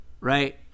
right